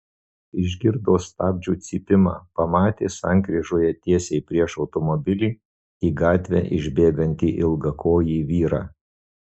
išgirdo stabdžių cypimą pamatė sankryžoje tiesiai prieš automobilį į gatvę išbėgantį ilgakojį vyrą